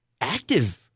active